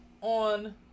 on